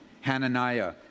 Hananiah